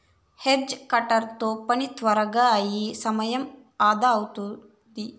hedge cutter తో పని త్వరగా అయి సమయం అదా అవుతాది